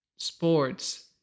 sports